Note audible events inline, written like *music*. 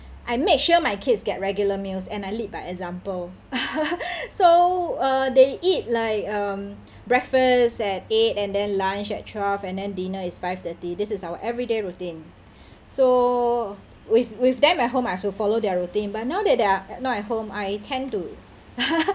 I make sure my kids get regular meals and I lead by example *laughs* so uh they eat like um breakfast at eight and then lunch at twelve and then dinner is five thirty this is our everyday routine *breath* so with with them at home I should follow their routine but now that they are not at home I tend to